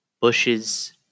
Bushes